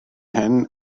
hyn